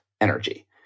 energy